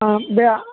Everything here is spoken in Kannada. ಹಾಂ ಬ್ಯಾ